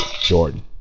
Jordan